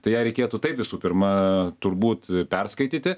tai ją reikėtų taip visų pirma turbūt perskaityti